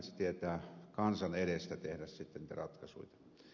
se tietää kansan edestä tehdä sitten niitä ratkaisuita